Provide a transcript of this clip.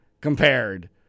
compared